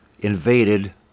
invaded